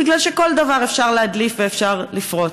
בגלל שכל דבר אפשר להדליף ואפשר לפרוץ.